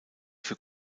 für